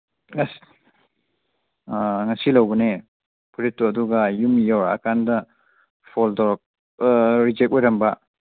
ꯑꯁ ꯑꯥ ꯉꯁꯤ ꯂꯧꯕꯅꯦ ꯐꯨꯔꯤꯠꯇꯣ ꯑꯗꯨꯒ ꯌꯨꯝ ꯌꯧꯔꯛꯑꯀꯥꯟꯗ ꯔꯤꯖꯦꯛ ꯑꯣꯏꯔꯝꯕ